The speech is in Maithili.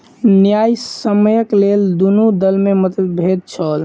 न्यायसम्यक लेल दुनू दल में मतभेद छल